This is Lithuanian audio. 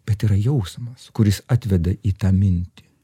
bet yra jausmas kuris atveda į tą mintį